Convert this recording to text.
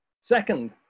Second